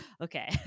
okay